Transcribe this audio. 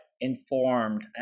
informed